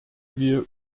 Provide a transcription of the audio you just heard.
wir